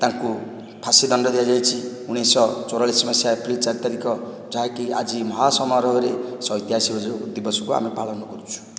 ତାଙ୍କୁ ଫାଶୀଦଣ୍ଡ ଦିଆଯାଇଛି ଉଣେଇଶହ ଚଉରାଳିଶ ମସିହା ଏପ୍ରିଲ ଚାରି ତାରିଖ ଯାହାକି ଆଜି ମହା ସମାରୋହରେ ସେ ଐତିହାସିକ ଦିବସକୁ ଆମେ ପାଳନ କରୁଛୁ